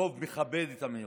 הרוב מכבד את המיעוט,